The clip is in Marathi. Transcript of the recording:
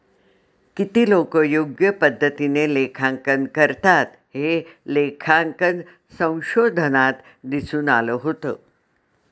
किती लोकं योग्य पद्धतीने लेखांकन करतात, हे लेखांकन संशोधनात दिसून आलं होतं